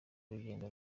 urugendo